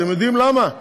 אתם יודעים למה?